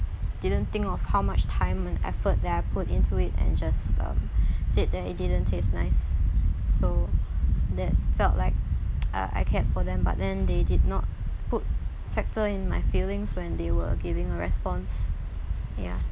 didn't think of how much time and effort that I put into it and just um said that it didn't taste nice so that felt like uh I cared for them but then they did not put factor in my feelings when they were giving response ya